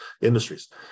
industries